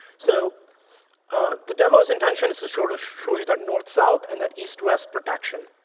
so the demo's intention is to sort of show you that north-south and that east-west protection.